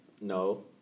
No